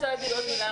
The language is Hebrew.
תודה רבה.